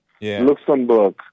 Luxembourg